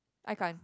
I can't